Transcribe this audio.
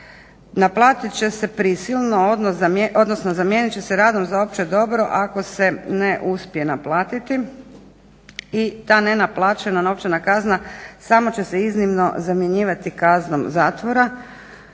naplatit će se prisilno, odnosno zamijenit će se radom za opće dobro ako se ne uspije naplatiti. I ta nenaplaćena novčana kazna samo će se iznimno zamjenjivati kaznom zatvora.